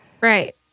Right